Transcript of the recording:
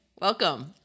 Welcome